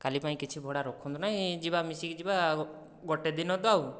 କାଲି ପାଇଁ କିଛି ଭଡ଼ା ରଖନ୍ତୁ ନାହିଁ ଯିବା ମିଶିକି ଯିବା ଗୋଟିଏ ଦିନ ତ ଆଉ